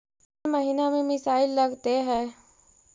कौन महीना में मिसाइल लगते हैं?